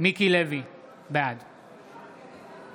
בעד